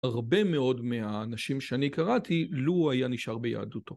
הרבה מאוד מהאנשים שאני קראתי, לו הוא היה נשאר ביהדותו.